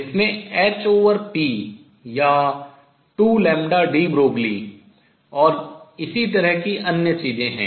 जिसमें hp या 2deBroglie और इसी तरह की अन्य चीजें हैं